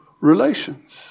relations